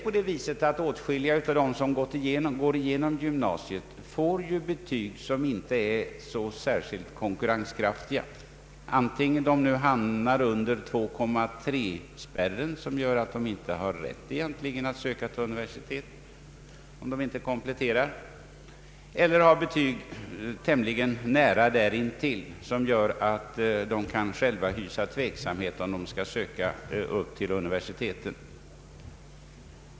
Åtskilliga av dem som går igenom gymnasiet får ju betyg som inte är så särskilt konkurrenskraftiga, antingen de nu hamnar under 2,3-spärren som gör att de egentligen inte har rätt att söka till universitet — om de inte kompletterar — eller har betyg som ligger tämligen nära därintill och gör att de själva kan hysa tveksamhet om de skall söka till universitet.